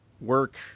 work